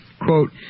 Quote